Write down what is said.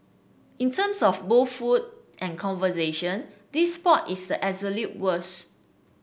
in terms of both food and conversation this spot is the worst